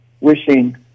wishing